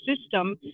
system